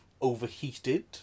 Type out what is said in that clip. overheated